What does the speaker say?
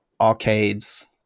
arcades